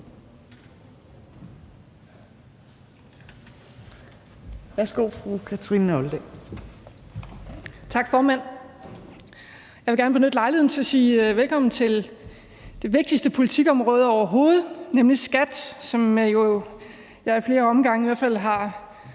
(Ordfører) Kathrine Olldag (RV): Tak, formand. Jeg vil gerne benytte lejligheden til at sige velkommen til det vigtigste politikområde overhovedet, nemlig skat, som jeg jo ad flere omgange i hvert fald har